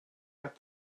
let